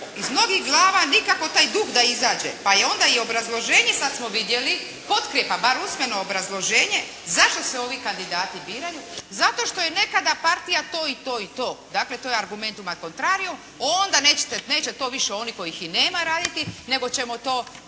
iz mnogih glava nikako taj duh da izađe, pa je onda i obrazloženje sad smo vidjeli, potkrijepa, bar usmeno obrazloženje zašto se ovi kandidati biraju. Zato što je nekada partija to i to i to, dakle to je argumentuma contrario, onda neće to više oni kojih i nema raditi, nego ćemo to